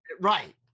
Right